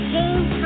James